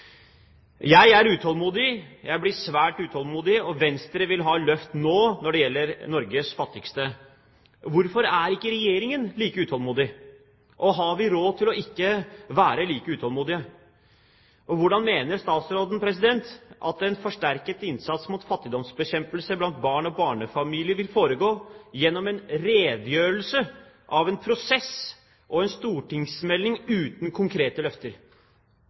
Jeg er utålmodig, jeg blir svært utålmodig, og Venstre vil ha løft nå når det gjelder Norges fattigste. Hvorfor er ikke Regjeringen like utålmodig? Og har vi råd til ikke å være like utålmodige? Hvordan mener statsråden at en forsterket innsats mot fattigdomsbekjempelse blant barn og barnefamilier vil foregå gjennom en redegjørelse av en prosess og en stortingsmelding uten konkrete løfter?